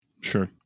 sure